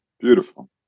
Beautiful